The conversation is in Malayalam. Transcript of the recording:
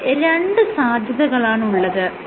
ഇവിടെ രണ്ട് സാധ്യതകളാണുള്ളത്